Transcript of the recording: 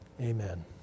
amen